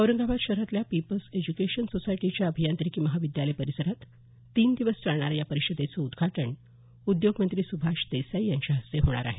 औरंगाबाद शहरातल्या people's education सोसायटीच्या अभियांत्रिकी महाविद्यालय परिसरात तीन दिवस चालणाऱ्या या परिषदेचं उद्घाटन उद्घोगमंत्री सुभाष देसाई यांच्या हस्ते होणार आहे